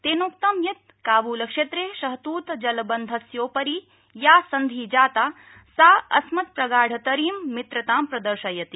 तेनोक्तं यत् काब्लक्षेत्रे शहतृत जलबन्धस्योपरि या सन्धि जाता सा अस्मत् प्रागढतरीं मित्रतां प्रदर्शयति